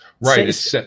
Right